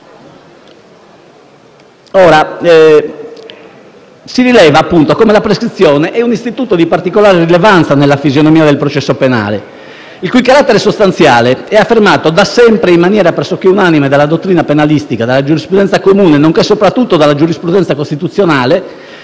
Ora, si rileva come la prescrizione sia un istituto di particolare rilevanza nella fisionomia del processo penale il cui carattere sostanziale è affermato da sempre in maniera pressoché unanime dalla dottrina penalistica, dalla giurisprudenza comune nonché soprattutto dalla giurisprudenza costituzionale